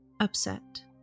upset